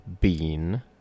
bean